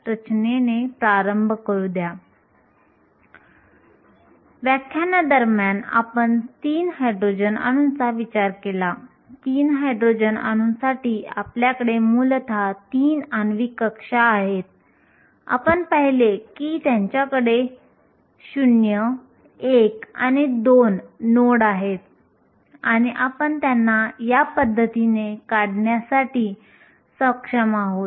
Ef पेक्षा E वर f हे 0 असते याचा अर्थ फर्मी ऊर्जेच्या वर सर्व स्तर रिक्त नसतात आणि आपण पाहिले की कोणत्याही तापमानामध्ये ऊर्जा E ही Ef च्या सामान असते f अर्धे असते